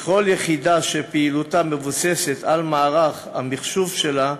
ככל יחידה שפעילותה מבוססת על מערך המחשוב שלה,